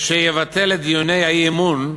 שיבטל את דיוני האי-אמון,